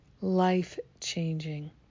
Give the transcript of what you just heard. life-changing